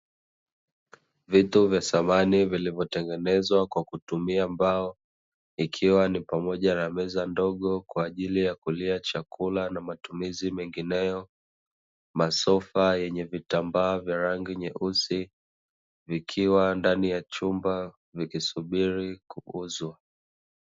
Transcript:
Vitu vya samani vilivyotengenezwa kwa kutumia mbao, ikiwa ni pamoja na meza ndogo kwa ajili ya kulia chakula na matumizi mengineyo, masofa yenye vitambaa vya rangi nyeusi, vikiwa ndani ya chumba vikisubiri kuuzwa.